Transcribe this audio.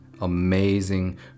Amazing